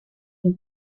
une